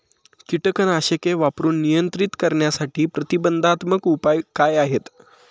कीटकनाशके वापरून नियंत्रित करण्यासाठी प्रतिबंधात्मक उपाय काय आहेत?